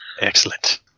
Excellent